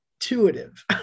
intuitive